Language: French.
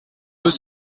deux